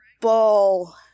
ball